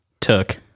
took